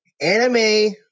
anime